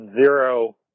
zero